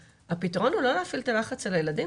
הפיתרון הוא לא להפעיל את הלחץ על הילדים,